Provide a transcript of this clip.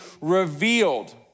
revealed